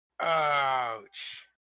Ouch